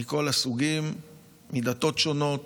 מכל הסוגים, מדתות שונות,